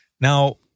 Now